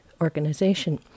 organization